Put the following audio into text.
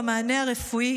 המענה הרפואי,